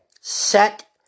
set